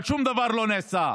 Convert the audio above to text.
אבל שום דבר לא נעשה.